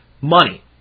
money